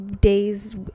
days